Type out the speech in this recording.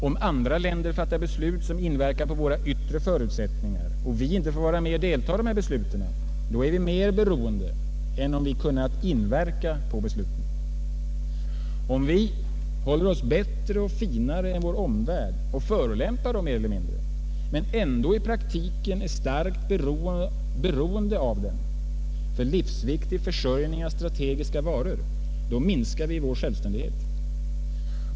Om andra länder fattar beslut som inverkar på våra yttre förutsättningar och vi inte får vara med och delta i dessa beslut, så är vi mera beroende än om vi kunnat inverka på besluten. Om vi håller oss för bättre och finare än vår omvärld och förolämpar den mer eller mindre men ändå i praktiken är starkt beroende av den för livsviktig försörjning av strategiska varor, så minskar vi vår självständighet.